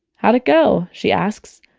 how'd it go? she asks.